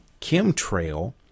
chemtrail